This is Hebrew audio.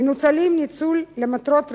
מנוצלים ניצול למטרות רווח,